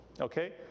Okay